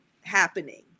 happening